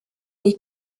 les